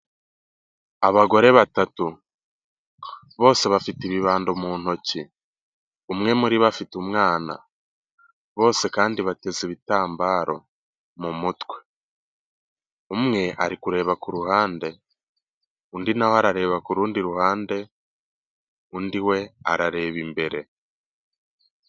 Abagore batatu bose bafite ibibando mu ntoki umwe muri bo afite umwana bose kandi batesa ibitambaro mu mutwe umwe ari kureba ku ruhande undi na we arareba kurundi ruhandi ruhande undi we arareba imbere.